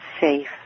safe